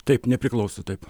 taip nepriklauso taip